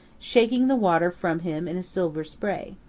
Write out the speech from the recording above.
shaking the water from him in a silver spray.